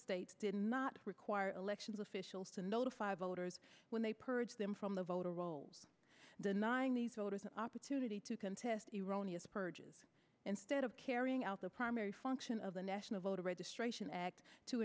states did not require elections officials to notify voters when they purged them from the voter rolls denying these voters an opportunity to contest eroni as purges instead of carrying out the primary function of the national voter registration act to